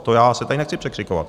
To já se tady nechci překřikovat.